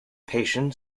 patient